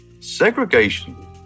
Segregation